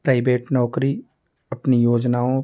private नौकरी अपनी योजनाओं